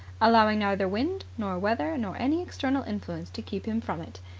allowing neither wind nor weather nor any external influence to keep him from it.